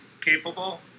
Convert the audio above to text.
capable